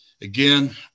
again